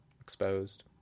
exposed